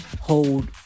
hold